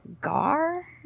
Gar